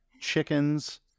chickens